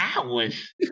hours